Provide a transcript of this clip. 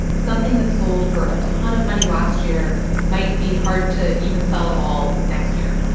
something that sold for a ton of money last year might be hard to even sell it all next year.